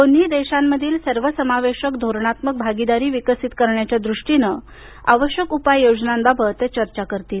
दोन्ही देशांमधील सर्वसमावेशक धोरणात्मक भागीदारी विकसित करण्याच्या दृष्टीनं आवश्यक उपाययोजनांबाबत ते चर्चा करतील